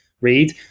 read